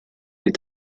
est